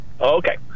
Okay